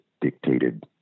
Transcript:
dictated